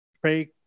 pray